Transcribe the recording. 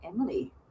emily